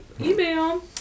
email